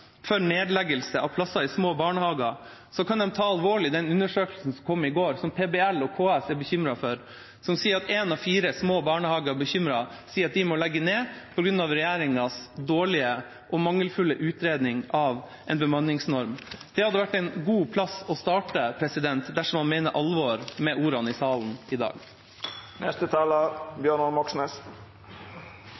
for nedleggelse av plasser i små barnehager, kan de ta alvorlig den undersøkelsen som kom i går – som PBL og KS er bekymret for – som sier at én av fire små barnehager er bekymret og sier at de må legge ned på grunn av regjeringas dårlige og mangelfulle utredning av en bemanningsnorm. Det hadde vært et godt sted å starte dersom man mener alvor med ordene i salen i